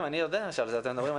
אני יודע שעל זה אתם מדברים,